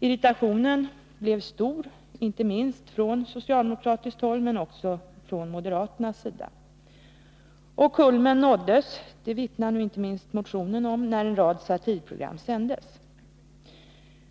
Irritationen blev stor, inte minst från socialdemokratiskt håll, men också från moderaternas sida. Kulmen nåddes — det vittnar nu inte minst motionen om — när en rad satirprogram sändes.